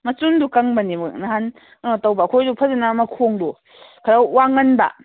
ꯃꯆꯨꯝꯗꯨ ꯀꯪꯕꯅꯦ ꯅꯍꯥꯟ ꯀꯩꯅꯣ ꯇꯧꯕ ꯑꯩꯈꯣꯏꯁꯨ ꯐꯖꯅ ꯃꯈꯣꯡꯗꯨ ꯈꯔ ꯋꯥꯡꯃꯟꯕ